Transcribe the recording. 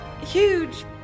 huge